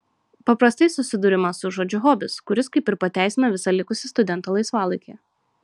paprastai susiduriama su žodžiu hobis kuris kaip ir pateisina visą likusį studento laisvalaikį